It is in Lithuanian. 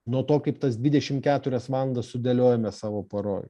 nuo to kaip tas dvidešim keturias valandas sudėliojome savo paroj